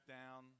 down